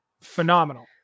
Phenomenal